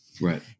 Right